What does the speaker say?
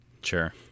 sure